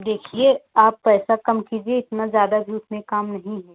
देखिए आप पैसा कम कीजिए इतना ज़्यादा भी उसमें काम नहीं है